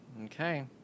Okay